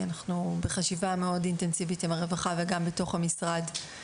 אנחנו בחשיבה מאוד אינטנסיבית עם הרווחה וגם בתוך המשרד.